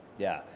yeah,